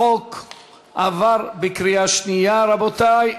החוק עבר בקריאה שנייה, רבותי.